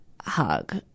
hug